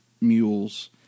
mules